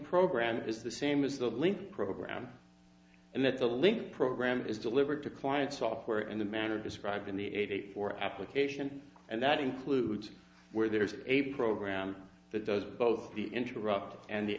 program is the same as the link program and that the link program is delivered to client software in the manner described in the eighty four application and that includes where there is a program that does both the interrupt and the